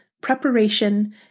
preparation